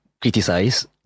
criticize